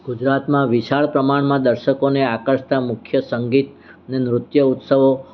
ગુજરાતમાં વિશાળ પ્રમાણમાં દર્શકોને આકર્ષતા મુખ્ય સંગીત ને નૃત્ય ઉત્સવો